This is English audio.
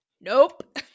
nope